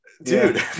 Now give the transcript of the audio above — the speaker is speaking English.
Dude